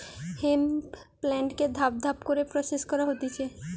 hemp প্লান্টকে ধাপ ধাপ করে প্রসেস করা হতিছে